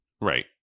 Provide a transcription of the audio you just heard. Right